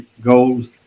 goals